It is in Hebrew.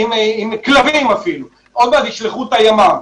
עם כלבים אפילו, עוד מעט ישלחו את הימ"מ.